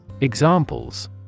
Examples